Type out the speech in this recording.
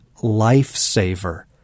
lifesaver